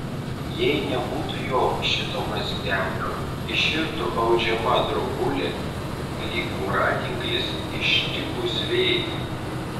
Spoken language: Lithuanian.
jei nebūtų jo šito mazgelio iširtų audžiama drobulė lyg voratinklis ištikus vėjui